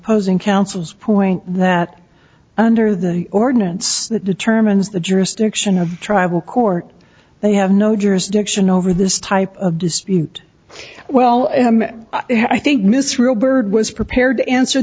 posing counsel's point that under the ordinance that determines the jurisdiction of tribal court they have no jurisdiction over this type of dispute well i think misrule bird was prepared to answer